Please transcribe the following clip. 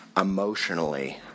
emotionally